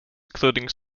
including